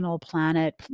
planet